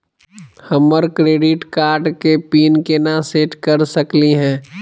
हमर credit card के pin केना सेट कर सकली हे?